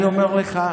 אני אומר לך,